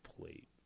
plate